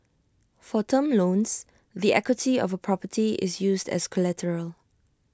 for term loans the equity of A property is used as collateral